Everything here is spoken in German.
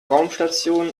raumstation